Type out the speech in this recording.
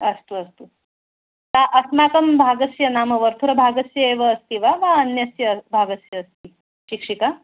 अस्तु अस्तु सा अस्माकं भागस्य नाम वर्थुरभागस्य एव अस्ति वा वा अन्यस्य भागस्य अस्ति शिक्षिका